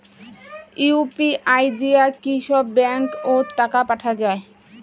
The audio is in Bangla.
ইউ.পি.আই দিয়া কি সব ব্যাংক ওত টাকা পাঠা যায়?